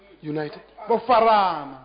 United